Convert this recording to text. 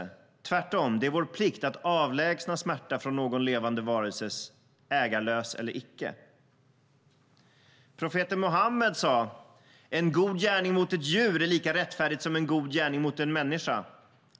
Tvärtom, det är vår plikt att avlägsna smärta från någon levande varelse, ägarlös eller icke. Profeten Muhammed sa: En god gärning mot ett djur är lika rättfärdig som en god gärning mot en människa.